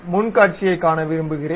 முன் காட்சியைக் காண விரும்புகிறேன்